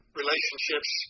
relationships